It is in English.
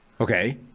Okay